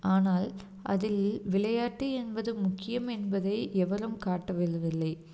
ஆனால் அதில் விளையாட்டு என்பது முக்கியம் என்பதை எவரும் காட்டுவது இல்லை